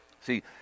See